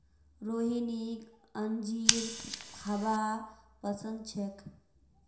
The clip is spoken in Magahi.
रोहिणीक अंजीर खाबा पसंद छेक